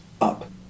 up